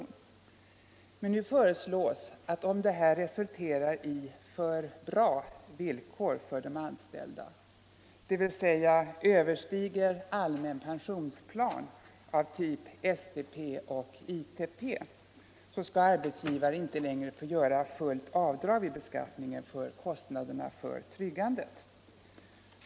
Nu föreslås att om detta resulterar i för bra villkor för de anställda — dvs. överstiger allmän pensionsplan av typ STP och ITP -— skall arbetsgivare inte längre få göra fullt avdrag vid beskattningen för kostnaderna för tryggandet.